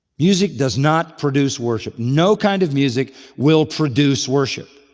music does not produce worship. no kind of music will produce worship.